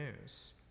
news